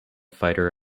fighter